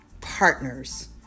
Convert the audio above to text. partners